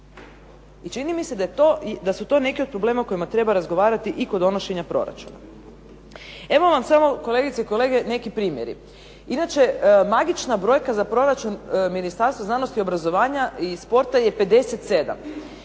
I čini mi se da su to neki od problema o kojima treba razgovarati i kod donošenja proračuna. Evo vam samo kolegice i kolege neki primjeri. Inače, magična brojka za proračun Ministarstva znanosti, obrazovanja i sporta je 57.